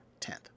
10th